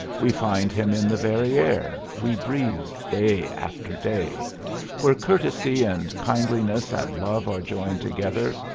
we find him in the very air we breathe day after day where courtesy and kindliness and love are joined together,